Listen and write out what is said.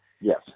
Yes